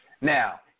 Now